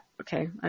Okay